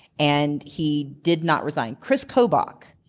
and he did not resign. kris kobach,